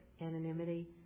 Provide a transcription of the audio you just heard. anonymity